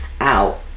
out